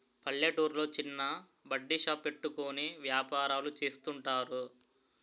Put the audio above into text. పల్లెటూర్లో చిన్న బడ్డీ షాప్ పెట్టుకుని వ్యాపారాలు చేస్తుంటారు